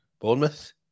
Bournemouth